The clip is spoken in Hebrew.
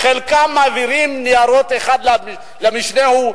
חלקם מעבירים ניירות אחד למשנהו,